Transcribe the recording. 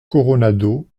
coronado